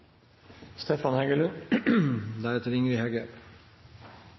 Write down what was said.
Stefan Heggelund